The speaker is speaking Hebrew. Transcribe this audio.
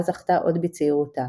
לה זכתה עוד בצעירותה.